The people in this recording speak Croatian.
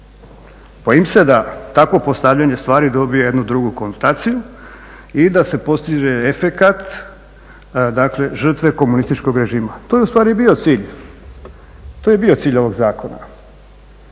Bojim se da takvo postavljanje stvari dobije jednu drugu konstataciju i da se postiže efekat, dakle žrtve komunističkog režima. To je ustvari i bio cilj, to je bio cilj ovog zakona.